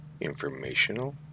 informational